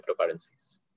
cryptocurrencies